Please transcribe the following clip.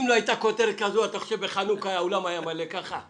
אם לא הייתה כזו כותרת אתה חושב שהאולם היה מלא ככה בחנוכה?